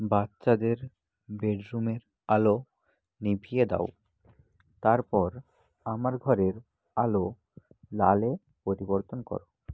বাচ্চাদের বেডরুমের আলো নিভিয়ে দাও তারপর আমার ঘরের আলো লালে পরিবর্তন করো